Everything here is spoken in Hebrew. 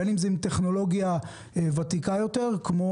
בין אם זה טכנולוגיה ותיקה יותר כמו